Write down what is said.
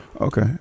Okay